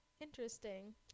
interesting